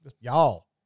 y'all